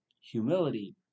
humility